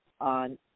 on